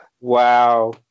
Wow